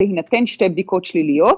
בהינתן שתי בדיקות שליליות,